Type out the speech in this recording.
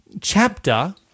chapter